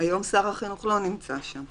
היום שר החינוך לא נמצא שם.